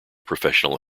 professional